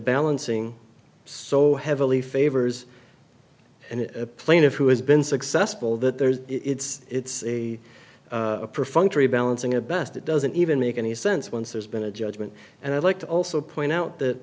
balancing so heavily favors and a plaintiff who has been successful that there's it's a perfunctory balancing a best it doesn't even make any sense once there's been a judgment and i'd like to also point out that